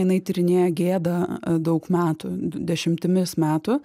jinai tyrinėja gėdą daug metų dešimtimis metų